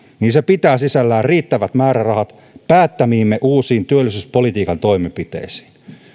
niin se pitää sisällään riittävät määrärahat päättämiimme uusiin työllisyyspolitiikan toimenpiteisiin